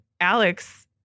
Alex